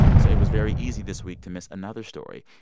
so it was very easy this week to miss another story.